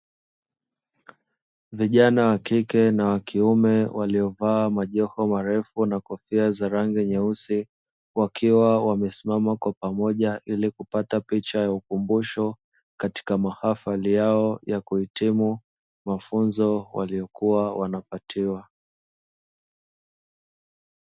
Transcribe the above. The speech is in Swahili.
Vijna wa kike na wa kiume waliovaa majoho marefu na kofia za rangi nyeusi wakiwa wamesimama kwa pamoja, ili kupata picha ya ukumbusho katika mahafali yao ya kuhitimu mafunzo waliokuwa wanapatiwa.